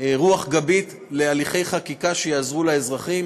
רוח גבית להליכי חקיקה שיעזרו לאזרחים.